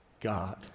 God